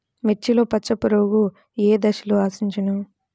మిర్చిలో పచ్చ పురుగు ఏ దశలో ఆశించును?